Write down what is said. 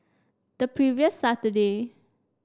the previous Saturday